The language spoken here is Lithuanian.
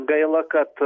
gaila kad